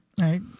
Right